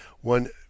One